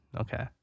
okay